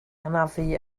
anafu